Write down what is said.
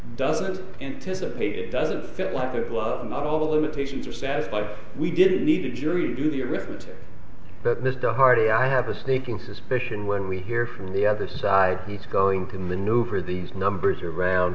doesn't anticipate it does that lack of love not all the limitations are satisfied we didn't need to jury duty arithmetic this done hardy i have a sneaking suspicion when we hear from the other side he's going to maneuver these numbers around